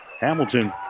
Hamilton